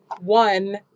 one